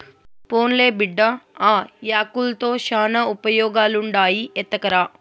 పోన్లే బిడ్డా, ఆ యాకుల్తో శానా ఉపయోగాలుండాయి ఎత్తకరా